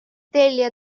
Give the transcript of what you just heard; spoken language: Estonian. tellija